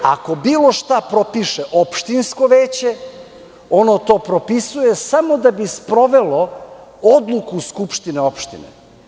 Ako bilo šta propiše opštinsko veće, ono to propisuje samo da bi sprovelo odluku skupštine opštine.